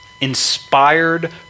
Inspired